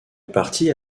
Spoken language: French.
partie